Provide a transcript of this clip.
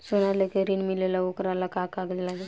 सोना लेके ऋण मिलेला वोकरा ला का कागज लागी?